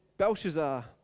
Belshazzar